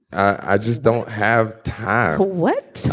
i just don't have time. what?